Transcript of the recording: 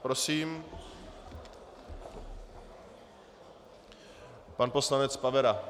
Prosím, pan poslanec Pavera.